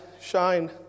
shine